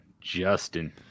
Justin